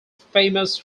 famous